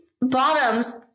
bottoms